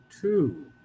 two